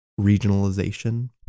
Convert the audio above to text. regionalization